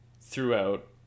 throughout